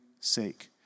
sake